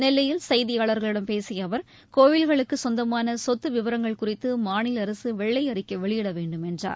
நெல்லையில் செய்தியாளர்களிடம் பேசிய அவர் கோவில்களுக்குச் சொந்தமான சொத்து விவரங்கள் குறித்து மாநில அரசு வெள்ளை அறிக்கை வெளியிட வேண்டும் என்றார்